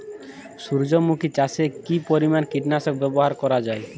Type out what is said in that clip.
সূর্যমুখি চাষে কি পরিমান কীটনাশক ব্যবহার করা যায়?